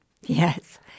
Yes